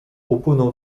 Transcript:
upłynął